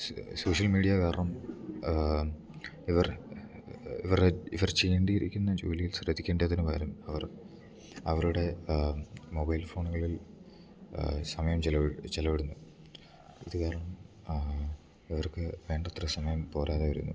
social media കാരണം ഇവർ ഇവരുടെ ഇവർ ചെയ്യേണ്ടിയിരിക്കുന്ന ജോലിയിൽ ശ്രദ്ധിക്കേണ്ടതിന് പകരം അവർ അവരുടെ മൊബൈൽ ഫോണുകളിൽ സമയം ചിലവ് ചിലവിടുന്നു അത് കാരണം അവർക്ക് വേണ്ടത്ര സമയം പോരാതെ വരുന്നു